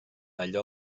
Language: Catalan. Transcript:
allò